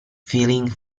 feeling